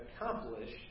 accomplish